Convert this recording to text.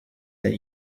that